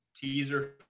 teaser